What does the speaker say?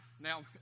Now